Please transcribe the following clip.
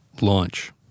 launch